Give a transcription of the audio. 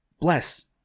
Bless